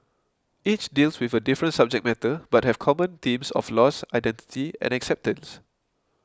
each deals with a different subject matter but have common themes of loss identity and acceptance